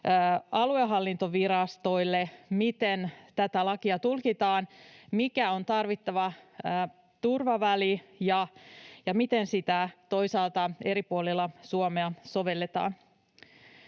aluehallintovirastoille sen suhteen, miten tätä lakia tulkitaan, mikä on tarvittava turvaväli ja miten sitä toisaalta eri puolilla Suomea sovelletaan.